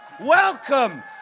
welcome